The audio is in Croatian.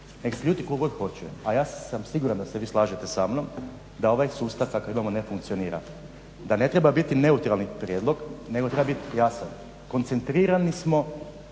Nek' se ljuti tko god hoće, a sam siguran da se vi slažete sa mnom da ovaj sustav kakav imamo ne funkcionira, da ne treba biti neutralni prijedlog, nego treba biti jasan. Koncentrirani smo,